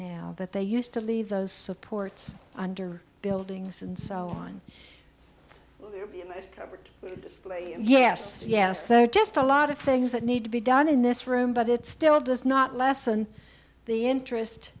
now that they used to leave those supports under buildings and so on yes yes they're just a lot of things that need to be done in this room but it still does not lessen the interest